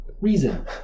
reason